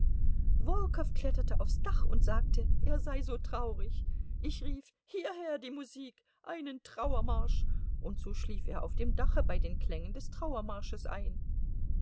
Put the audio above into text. wolkow kletterte aufs dach und sagte er sei so traurig ich rief hierher die musik einen trauermarsch und so schlief er auf dem dache bei den klängen des trauermarsches ein